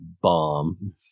bomb